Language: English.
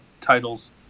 titles